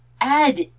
add